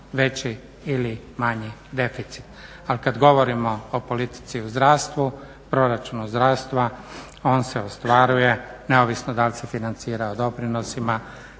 veći ili manji deficit. Ali kad govorimo o politici u zdravstvu, proračunu zdravstva on se ostvaruje neovisno da li se financira doprinosima